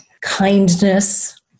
kindness